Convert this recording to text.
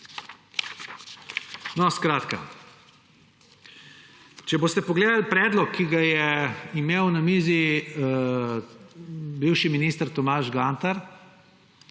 Skratka, če boste pogledali predlog, ki ga je imel na mizi bivši minister Tomaž Gantar,